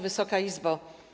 Wysoka Izbo!